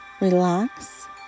relax